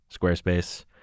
squarespace